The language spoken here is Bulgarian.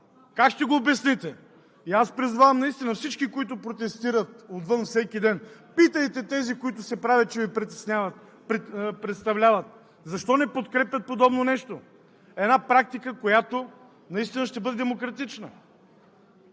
Как ще го обясните? Аз призовавам всички, които протестират отвън всеки ден: питайте тези, които се правят, че Ви представляват, защо не подкрепят подобно нещо – една практика, която наистина ще бъде демократична?